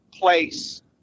place